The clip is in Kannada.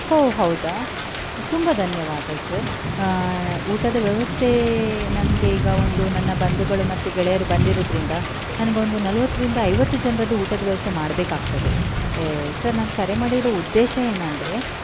ಹೋ ಹೌದಾ ತುಂಬ ಧನ್ಯವಾದ ಸರ್ ಊಟದ ವ್ಯವಸ್ಥೆ ನಮಗೆ ಈಗ ಒಂದು ನನ್ನ ಬಂಧುಗಳು ಮತ್ತು ಗೆಳೆಯರು ಬಂದಿರೋದ್ರಿಂದ ನನಗೆ ಒಂದು ನಲವತ್ತರಿಂದ ಐವತ್ತು ಜನರದ್ದು ಊಟದ ವ್ಯವಸ್ಥೆ ಮಾಡಬೇಕಾಗ್ತದೆ ಸರ್ ನಾನು ಕರೆ ಮಾಡಿದ ಉದ್ದೇಶ ಏನಂದರೆ